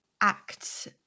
act